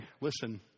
listen